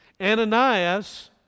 ananias